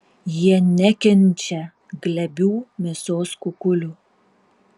jie nekenčia glebių mėsos kukulių